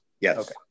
Yes